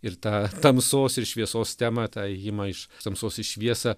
ir tą tamsos ir šviesos temą tą ėjimą iš tamsos į šviesą